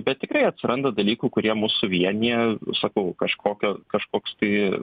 bet tikrai atsiranda dalykų kurie mus suvienija sakau kažkokio kažkoks tai